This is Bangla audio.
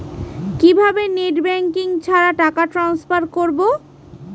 কিভাবে নেট ব্যাঙ্কিং ছাড়া টাকা ট্রান্সফার করবো?